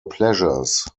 pleasures